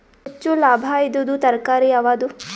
ಹೆಚ್ಚು ಲಾಭಾಯಿದುದು ತರಕಾರಿ ಯಾವಾದು?